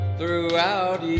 throughout